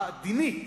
הדינית,